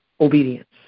obedience